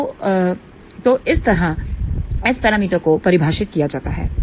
तो तो इस तरह S पैरामीटर्स को परिभाषित किया जाता है